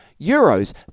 euros